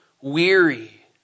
weary